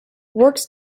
works